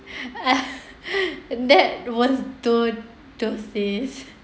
that was jodoh seh